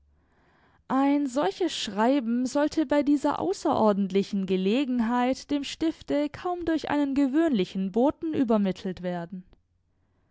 ein solches schreiben sollte bei dieser außerordentlichen gelegenheit dem stifte kaum durch einen gewöhnlichen boten übermittelt werden